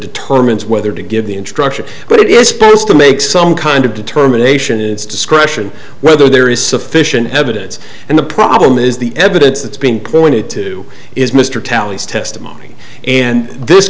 determines whether to give the instruction but it is supposed to make some kind of determination in its discretion whether there is sufficient evidence and the problem is the evidence that's being pointed to is mr tallies testimony and this